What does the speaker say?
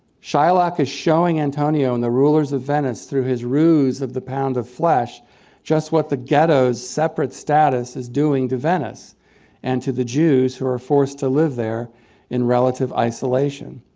shylock is showing antonio and the rulers of venice through his ruse of the pound of flesh just what the ghetto's separate status is doing to venice and to the jews who are forced to live there in relative isolation.